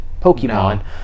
pokemon